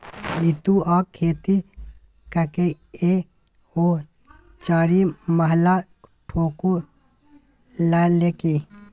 सितुआक खेती ककए ओ चारिमहला ठोकि लेलकै